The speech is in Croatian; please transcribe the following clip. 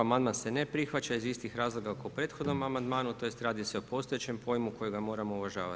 Amandman se ne prihvaća iz istih razloga kao u prethodnom amandmanu, tj. radi se o postojećem pojmu kojega moramo uvažavati.